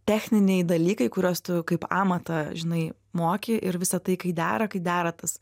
techniniai dalykai kuriuos tu kaip amatą žinai moki ir visa tai kai dera kai dera tas